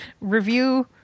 Review